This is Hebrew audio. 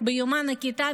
ביומן הכיתה,